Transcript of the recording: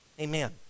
amen